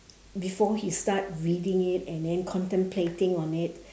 before he start reading it and then contemplating on it